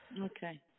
Okay